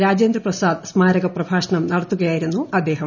രാജേന്ദ്രപ്രസാദ് സ്മാരക പ്രഭാഷണം നടത്തുകയായിരുന്നു അദ്ദേഹം